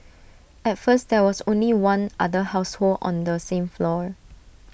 at first there was only one other household on the same floor